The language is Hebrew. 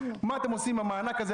מה אתם עושים עם המענק הזה?